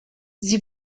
sie